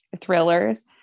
thrillers